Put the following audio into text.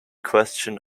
question